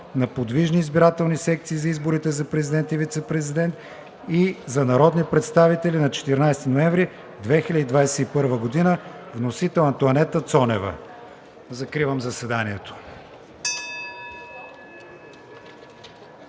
на подвижни избирателни секции за изборите за президент и вицепрезидент и за народни представители на 14 ноември 2021 г. Вносител – Антоанета Цонева. Закривам заседанието.